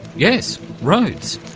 yes, roads!